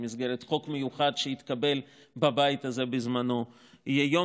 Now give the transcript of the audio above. במסגרת חוק מיוחד שהתקבל בבית הזה בזמנו; יהיה יום